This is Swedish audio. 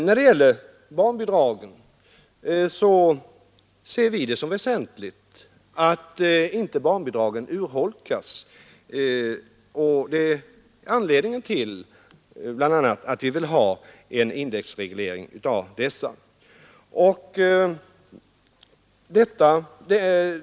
När det gäller barnbidragen anser vi det väsentligt att dessa inte 15 urholkas. Det är bl.a. anledningen till att vi vill ha en indexreglering av barnbidragen.